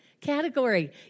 category